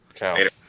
Later